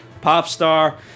Popstar